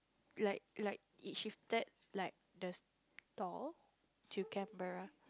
like like it shifted like the store to Canberra